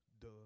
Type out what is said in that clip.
duh